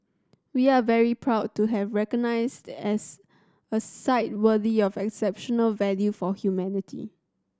we are very proud to have recognised as a site worthy of exceptional value for humanity